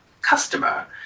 customer